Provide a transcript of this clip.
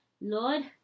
Lord